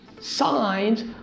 signs